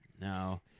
No